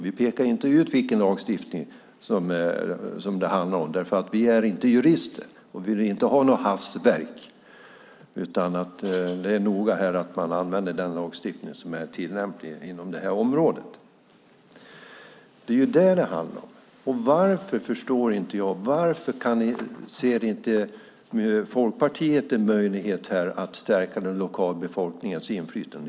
Vi pekar inte ut vilken lagstiftning som det handlar om därför att vi inte är jurister, och vi vill inte ha något hafsverk. Vi är noga med att man använder den lagstiftning som är tillämplig inom det här området. Jag förstår inte varför Folkpartiet inte ser en möjlighet att stärka lokalbefolkningens inflytande.